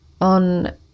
on